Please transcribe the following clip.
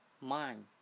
mind